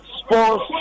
Sports